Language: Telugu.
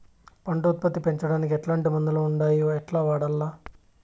పంట ఉత్పత్తి పెంచడానికి ఎట్లాంటి మందులు ఉండాయి ఎట్లా వాడల్ల?